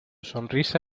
sonrisa